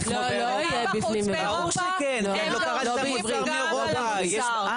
הם דורשים גם על המוצר.